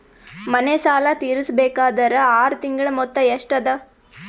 ಮನೆ ಸಾಲ ತೀರಸಬೇಕಾದರ್ ಆರ ತಿಂಗಳ ಮೊತ್ತ ಎಷ್ಟ ಅದ?